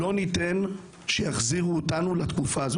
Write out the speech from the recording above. לא ניתן שיחזירו אותנו לתקופה הזאת,